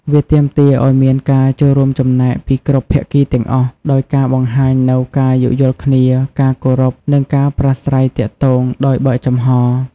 វាទាមទារឱ្យមានការចូលរួមចំណែកពីគ្រប់ភាគីទាំងអស់ ដោយការបង្ហាញនូវ ការយោគយល់គ្នា ការគោរព និងការប្រាស្រ័យទាក់ទងដោយបើកចំហរ។